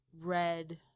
red